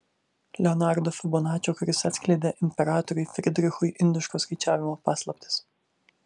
leonardo fibonačio kuris atskleidė imperatoriui frydrichui indiško skaičiavimo paslaptis